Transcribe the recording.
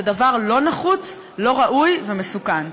זה דבר לא נחוץ, לא ראוי ומסוכן.